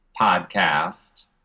podcast